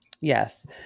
Yes